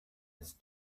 its